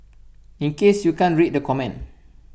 in case you can't read the comment